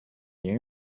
you